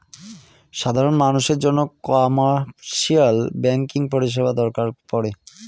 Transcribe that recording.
সাধারন মানুষের জন্য কমার্শিয়াল ব্যাঙ্কিং পরিষেবা দরকার পরে